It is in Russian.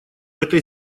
этой